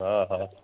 हा हा